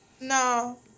no